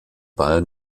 ball